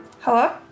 Hello